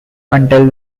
until